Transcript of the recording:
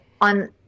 on